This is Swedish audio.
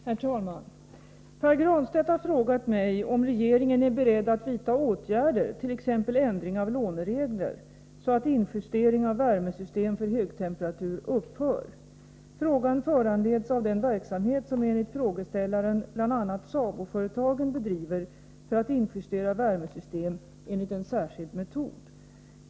Herr talman! Pär Granstedt har frågat mig om regeringen är beredd att vidta åtgärder —t.ex. ändring av låneregler — så att injustering av värmesystem för högtemperatur upphör. Frågan föranleds av den verksamhet som enligt frågeställaren bl.a. SABO-företagen bedriver för att injustera värmesystem enligt en särskild metod.